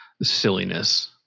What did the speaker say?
silliness